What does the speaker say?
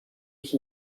ich